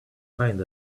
find